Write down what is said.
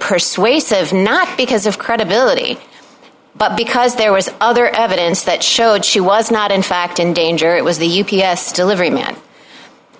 persuasive not because of credibility but because there was other evidence that showed she was not in fact in danger it was the u p s delivery man